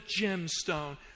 gemstone